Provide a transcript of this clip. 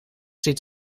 ziet